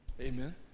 Amen